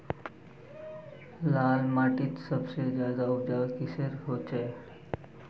लाल माटित सबसे ज्यादा उपजाऊ किसेर होचए?